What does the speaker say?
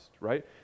right